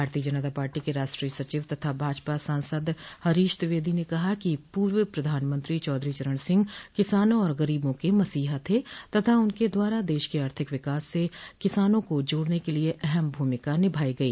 भारतीय जनता पार्टी के राष्ट्रीय सचिव तथा भाजपा सांसद हरीश द्विवेदी ने कहा कि पूर्व प्रधानमंत्री चौधरी चरण सिंह किसानों और गरीबों के मसीहा थे तथा उनके द्वारा देश के आर्थिक विकास से किसानों को जोड़ने के लिये अहम भूमिका निभाई गई